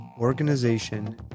organization